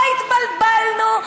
אוי, התבלבלנו.